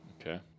Okay